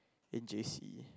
in J_C